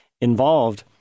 involved